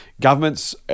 governments